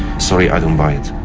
sorry, i don't buy it.